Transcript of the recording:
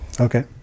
Okay